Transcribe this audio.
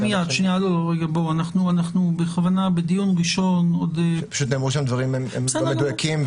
אנחנו בדיון ראשון --- פשוט נאמרו שם דברים לא מדויקים,